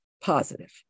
positive